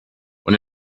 und